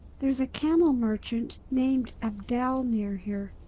there's a camel merchant named abdel near here.